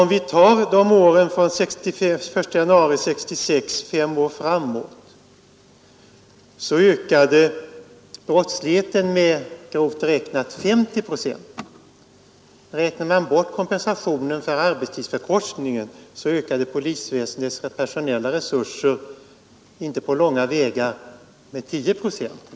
Om vi ser på en femårsperiod från januari 1966 finner vi att brottsligheten ökat med grovt räknat 50 procent. Räknar vi bort kompensationen för arbetstidsförkortning ökade polisväsendets personella resurser med långt under 10 procent.